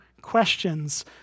questions